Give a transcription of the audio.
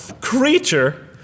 creature